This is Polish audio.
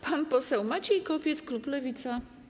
Pan poseł Maciej Kopiec, klub Lewica.